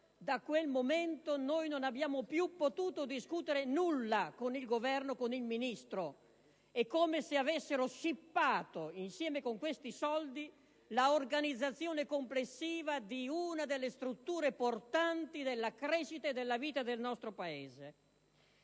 da quel momento non abbiamo più potuto discutere nulla con il Governo, con il Ministro. È come se avessero scippato insieme con questi soldi l'organizzazione complessiva di una delle strutture portanti della crescita e della vita del nostro Paese.